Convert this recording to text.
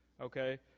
okay